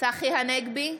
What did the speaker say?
צחי הנגבי,